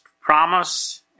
promise